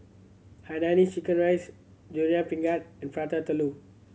hainanese chicken rice Durian Pengat and Prata Telur